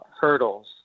hurdles